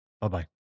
Bye-bye